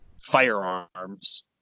firearms